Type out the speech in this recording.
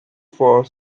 for